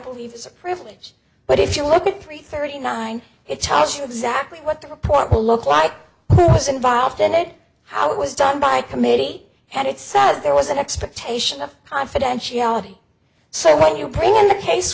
believe is privilege but if you look at three thirty nine it tells you exactly what the report will look like for us involved in it how it was done by committee and it says there was an expectation of confidentiality so when you bring in the case